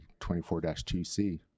24-2C